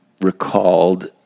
recalled